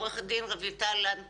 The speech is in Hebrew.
עורכת הדין רויטל לן כהן,